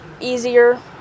easier